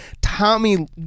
Tommy